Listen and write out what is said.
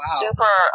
super